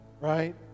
Right